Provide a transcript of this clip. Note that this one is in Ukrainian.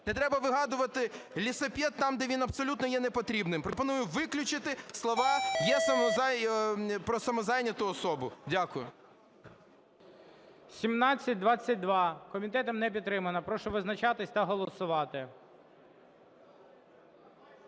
Не треба вигадувати "лісапєт" там, де він є, абсолютно є непотрібним. Пропоную виключити слова про самозайняту особу. Дякую. ГОЛОВУЮЧИЙ. 1722. Комітетом не підтримана. Прошу визначатись та голосувати.